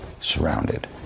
Surrounded